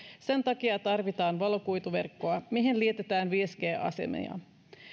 sen takia tarvitaan valokuituverkkoa mihin liitetään viisi g asemia